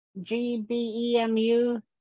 G-B-E-M-U